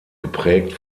geprägt